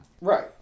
Right